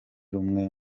rumwe